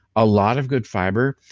a lot of good fiber,